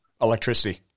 electricity